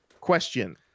Question